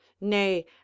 nay